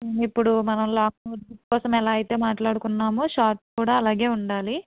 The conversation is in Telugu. ఇప్పుడు మనం లాంగ్ నోట్ బుక్ కోసం ఎలా అయితే మాట్లాడుకున్నామో షార్ట్ కూడా అలాగే ఉండాలి